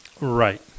right